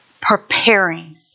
preparing